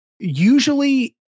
Usually